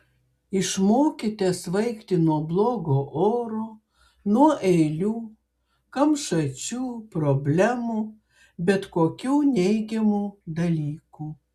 išmokite svaigti nuo blogo oro nuo eilių kamšačių problemų bet kokių neigiamų dalykų